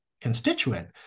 constituent